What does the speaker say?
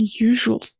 unusual